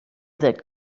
that